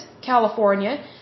California